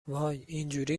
وای، اینجوری